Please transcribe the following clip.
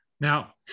now